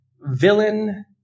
Villain